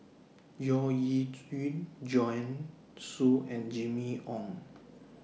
Yeo E Yun Joanne Soo and Jimmy Ong